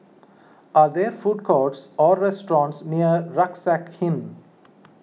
are there food courts or restaurants near Rucksack Inn